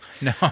No